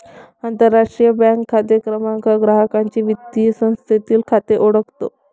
आंतरराष्ट्रीय बँक खाते क्रमांक ग्राहकाचे वित्तीय संस्थेतील खाते ओळखतो